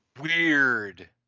weird